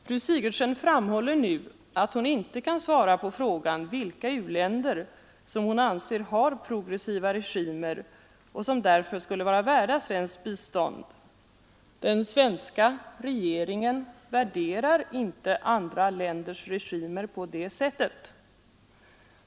Fru Sigurdsen framhåller nu att hon inte kan svara på frågan, vilka u-länder som hon anser har progressiva regimer och som därför skulle vara värda svenskt bistånd. Den svenska regeringen värderar inte andra länders regimer på det sättet.